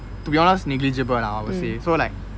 to be honest negligible ah I would say so like